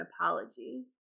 apology